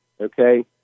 Okay